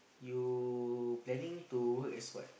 you planning to work as what